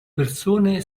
persone